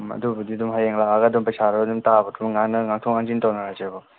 ꯑꯗꯨꯕꯨꯗꯤ ꯑꯗꯨꯝ ꯍꯌꯦꯡ ꯂꯥꯛꯑꯒ ꯑꯗꯨꯝ ꯄꯩꯁꯥꯗꯣ ꯑꯗꯨꯝ ꯇꯥꯕꯗꯣ ꯉꯥꯡꯊꯣꯛ ꯉꯥꯡꯖꯤꯟ ꯇꯧꯅꯔꯁꯦꯕ